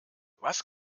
was